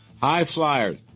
high-flyers